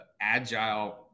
agile